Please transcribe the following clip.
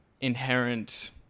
inherent